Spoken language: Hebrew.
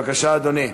בבקשה, אדוני.